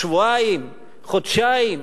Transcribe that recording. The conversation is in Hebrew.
שבועיים, חודשיים.